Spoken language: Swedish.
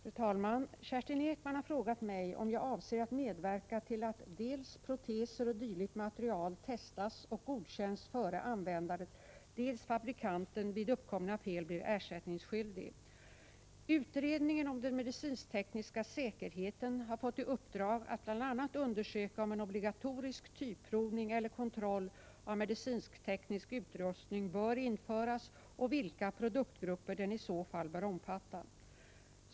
Fru talman! Kerstin Ekman har frågat mig om jag avser att medverka till att dels proteser o. d. material testas och godkänns före användandet, dels fabrikanten vid uppkomna fel blir ersättningsskyldig. Utredningen om den medicintekniska säkerheten har fått i uppdrag att bl.a. undersöka om en obligatorisk typprovning eller kontroll av medicinskteknisk utrustning bör införas och vilka produktgrupper den i så fall bör omfatta.